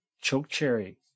chokecherry